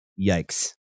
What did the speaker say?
yikes